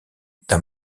d’un